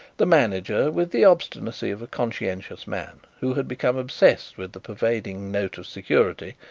the manager, with the obstinacy of a conscientious man who had become obsessed with the pervading note of security,